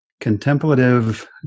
contemplative